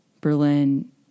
Berlin